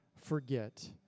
forget